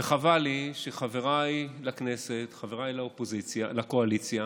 וחבל לי שחבריי לכנסת, חבריי לקואליציה,